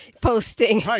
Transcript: posting